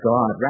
God